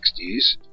1960s